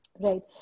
Right